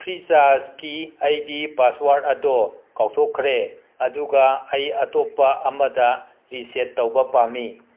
ꯐ꯭ꯔꯤꯆꯥꯔꯁꯀꯤ ꯑꯩꯒꯤ ꯄꯥꯁꯋꯥꯔꯗ ꯑꯗꯣ ꯀꯥꯎꯊꯣꯛꯈ꯭ꯔꯦ ꯑꯗꯨꯒ ꯑꯩ ꯑꯇꯣꯞꯄ ꯑꯃꯗ ꯔꯤꯁꯦꯠ ꯇꯧꯕ ꯄꯥꯝꯃꯤ